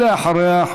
ואחריה,